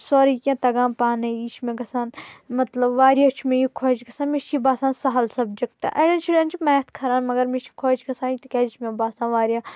سورٕے کیٚنٛہہ تگان پانے یہِ چھِ مےٚ گژھان مطلب واریاہ چھُ مےٚ یہِ خۄش گژھان مےٚ چھِ یہِ باسان سہل سَبجَکٹ اَڈٮ۪ن شُرٮ۪ن چھُ میتھ کھران مگر مےٚ چھُ یہِ خۄش گژھان تِکیٛازِ یہِ چھُ مےٚ باسان واریاہ